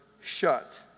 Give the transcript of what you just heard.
shut